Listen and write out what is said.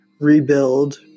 rebuild